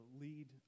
lead